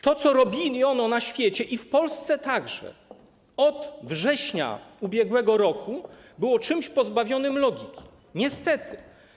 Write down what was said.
To, co robiono na świecie - i w Polsce także - od września ubiegłego roku, było czymś pozbawionym logiki niestety.